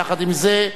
יחד עם זה,